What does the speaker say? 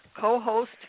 co-host